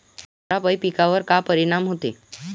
धुवारापाई पिकावर का परीनाम होते?